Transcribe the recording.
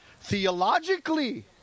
theologically